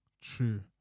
true